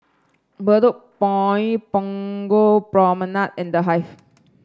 Bedok Point Punggol Promenade and The Hive